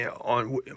on